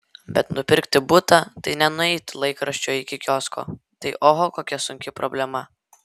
bet nupirkti butą tai ne nueiti laikraščio iki kiosko tai oho kokia sunki problema